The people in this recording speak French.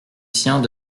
siens